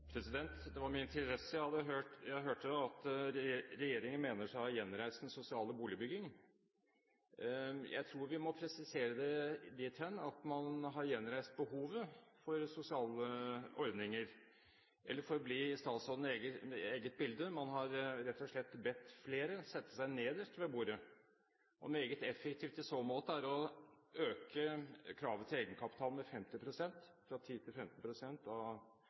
Det var med interesse jeg hørte at regjeringen mener å gjenreise den sosiale boligbyggingen. Jeg tror vi må presisere det dithen at man har gjenreist behovet for sosiale ordninger, eller for å bli i statsrådens eget bilde: Man har rett og slett bedt flere om å sette seg nederst ved bordet. Og meget effektivt i så måte er å øke kravet til egenkapital med 50 pst., fra 10 pst. til 15 pst. av